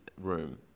room